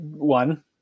One